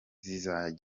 zisigaye